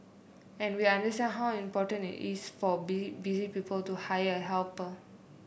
and we understand how important it's for be busy people to hire a helper